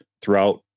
throughout